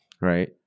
right